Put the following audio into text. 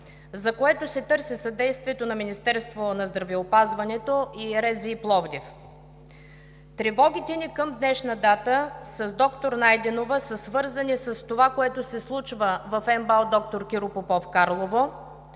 за което се търси съдействието на Министерството на здравеопазването и РЗИ – Пловдив. Тревогите ни към днешна дата с доктор Найденова са свързани с това, което се случва в МБАЛ „Д-р Киро Попов“ – Карлово.